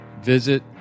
visit